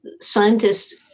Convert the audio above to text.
scientists